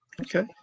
Okay